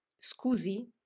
Scusi